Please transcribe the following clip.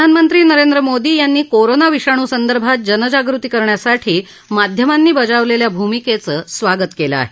प्रधानमंत्री नरेंद्र मोदी यांनी कोरोना विषाणूसंदर्भात जनजागृती करण्यासाठी माध्यमांनी बजावलेल्या भूमिकेचं स्वागत केलं आहे